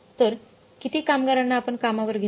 तर किती कामगारांना आपण कामावर घेतले